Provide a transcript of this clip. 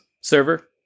Server